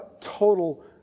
total